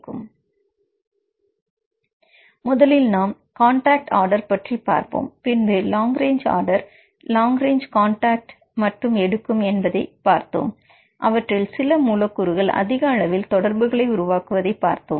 So now first we discussed about the contact order then we discussed about long range order that takes only the long range contacts and among the long range contacts and முதலில் நாம் contact order பற்றி பார்ப்போம் பின்பு long range order long range contact மட்டும் எடுக்கும் என்பதை பார்த்தோம் அவற்றில் சில மூலக்கூறுகள் அதிக அளவில் தொடர்புகளை உருவாக்குவதை பார்த்தோம்